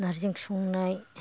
नार्जि ओंख्रि संनाय